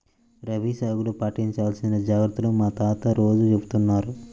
రబీ సాగులో పాటించాల్సిన జాగర్తలను మా తాత రోజూ చెబుతున్నారు